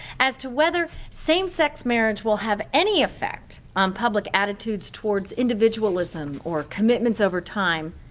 as to whether same-sex marriage will have any effect on public attitudes towards individualism or commitments over time,